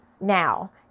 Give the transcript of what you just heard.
Now